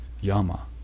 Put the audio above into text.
Yama